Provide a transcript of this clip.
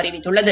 அறிவித்துள்ளது